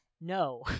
no